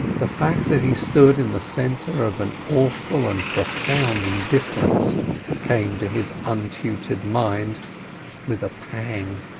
the fact that he stood in the centre of an awful and profound indifference came to his untutored mind with a pang.